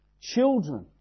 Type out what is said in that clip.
Children